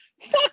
Fuck